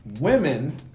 women